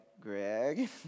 Greg